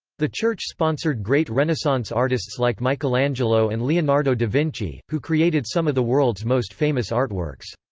the church sponsored great renaissance artists like michelangelo and leonardo da vinci, who created some of the world's most famous artworks.